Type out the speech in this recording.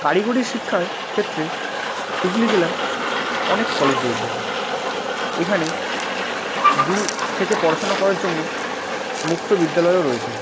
কারিগরি শিক্ষার ক্ষেত্রে হুগলি জেলায় অনেক কলেজ রয়েছে এখানে দূর থেকে পড়াশোনা করার জন্য মুক্ত বিদ্যালয়ও রয়েছে